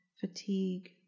fatigue